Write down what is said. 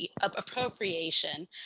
appropriation